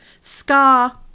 scar